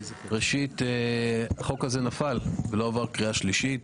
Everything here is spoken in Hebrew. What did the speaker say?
ראשית, החוק הזה נפל, לא עבר קריאה שלישית.